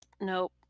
Nope